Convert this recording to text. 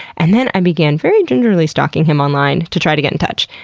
and then i began very gingerly stalking him online, to try to get in touch.